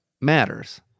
matters